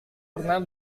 pernah